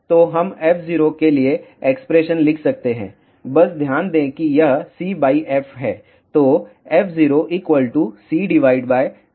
तो हम f0 के लिए एक्सप्रेशन लिख सकते हैं बस ध्यान दें कि यह cf है